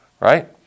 right